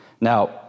Now